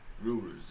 rulers